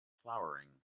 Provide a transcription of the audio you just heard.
flowering